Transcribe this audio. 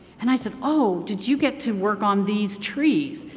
and i said, oh did you get to work on these trees?